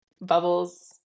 bubbles